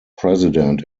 president